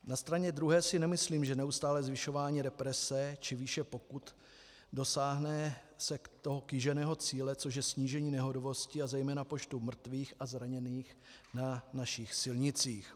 Na straně druhé si nemyslím, že neustálým zvyšováním represe či výše pokut se dosáhne kýženého cíle, což je snížení nehodovosti a zejména počtu mrtvých a zraněných na našich silnicích.